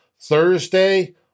Thursday